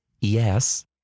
yes